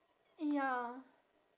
ya